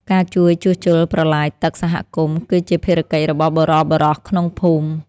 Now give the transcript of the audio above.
ការជួយជួសជុលប្រឡាយទឹកសហគមន៍ គឺជាភារកិច្ចរបស់បុរសៗក្នុងភូមិ។